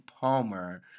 Palmer